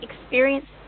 experience